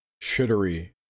shittery